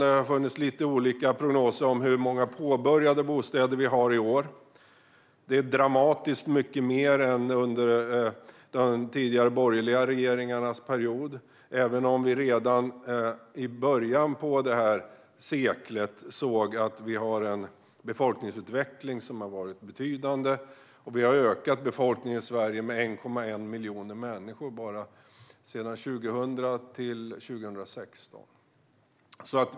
Det har funnits lite olika prognoser om hur många påbörjade bostäder vi har i år. Det är dramatiskt mycket mer än under de tidigare borgerliga regeringarnas period. Vi såg redan i början på seklet att vi har en befolkningsutveckling som är betydande. Vi har ökat befolkningen i Sverige med 1,1 miljoner människor enbart 2000-2016.